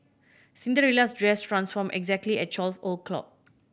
Cinderella's dress transformed exactly at twelve o'clock